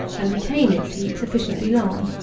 and retain its heat sufficiently long.